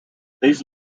these